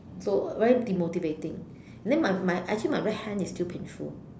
so very demotivating then my my actually my right hand is still painful